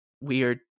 weird